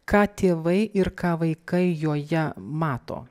ką tėvai ir ką vaikai joje mato